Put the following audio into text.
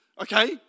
Okay